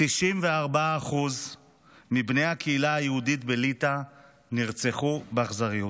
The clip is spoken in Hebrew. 94% מבני הקהילה היהודית בליטא נרצחו באכזריות.